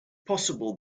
possible